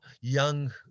young